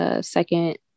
second